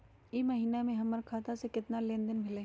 ई महीना में हमर खाता से केतना लेनदेन भेलइ?